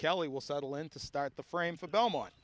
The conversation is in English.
kelly will settle in to start the frame for the belmont